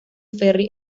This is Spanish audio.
ferry